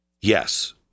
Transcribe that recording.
Yes